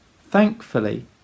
Thankfully